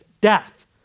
death